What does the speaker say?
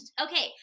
okay